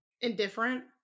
indifferent